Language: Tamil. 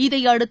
இதையடுத்து